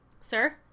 Sir